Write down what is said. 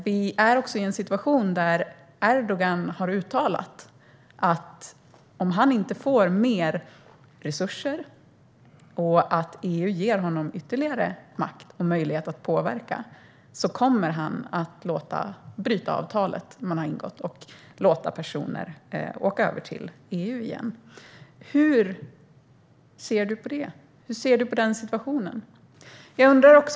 Vi är också i en situation där Erdogan har uttalat att om han inte får mer resurser och om inte EU ger honom ytterligare makt och möjlighet att påverka kommer han att bryta avtalet som har ingåtts och låta personer åka över till EU igen. Hur ser du på den situationen?